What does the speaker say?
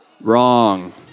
wrong